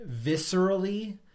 viscerally